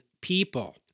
people